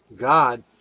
God